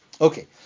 Okay